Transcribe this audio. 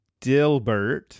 dilbert